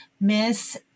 miss